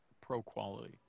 pro-quality